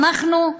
שמחנו,